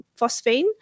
phosphine